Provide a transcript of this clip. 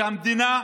שהמדינה,